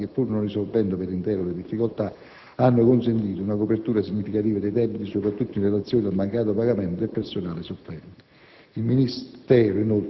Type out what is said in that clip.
trattasi di somme importanti che, pur non risolvendo per intero le difficoltà, hanno consentito una copertura significativa dei debiti, soprattutto in relazione al mancato pagamento del personale supplente.